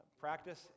practice